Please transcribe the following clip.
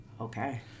okay